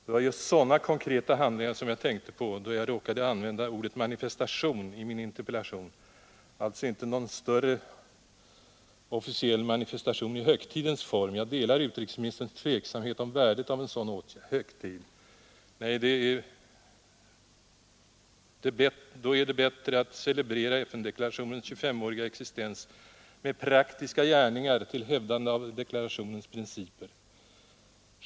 Det var just sådana konkreta handlingar som jag tänkte på då jag råkade använda ordet manifestation i min interpellation — alltså inte någon större officiell manifestation i högtidlighetens form. Jag delar utrikesministerns tveksamhet i fråga om värdet av en sådan högtidlighet. Då är det bättre att celebrera FN-deklarationens 2S-åriga existens med praktiska gärningar till hävdande av deklarationens principer.